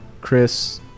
Chris